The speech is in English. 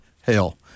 hell